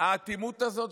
שהאטימות הזאת,